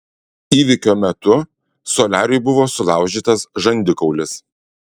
įvykio metu soliariui buvo sulaužytas žandikaulis